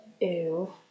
Ew